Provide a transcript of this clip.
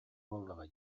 буоллаҕа